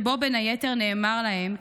ונאמר להם,